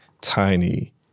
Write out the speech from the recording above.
tiny